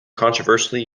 controversially